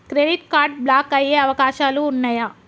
Credit card block అయ్యే అవకాశాలు ఉన్నయా?